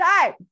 time